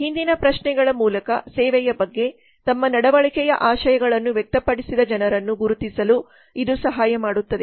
ಹಿಂದಿನ ಪ್ರಶ್ನೆಗಳ ಮೂಲಕ ಸೇವೆಯ ಬಗ್ಗೆ ತಮ್ಮ ನಡವಳಿಕೆಯ ಆಶಯಗಳನ್ನು ವ್ಯಕ್ತಪಡಿಸಿದ ಜನರನ್ನು ಗುರುತಿಸಲು ಇದು ಸಹಾಯ ಮಾಡುತ್ತದೆ